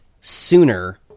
sooner